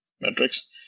metrics